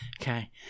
Okay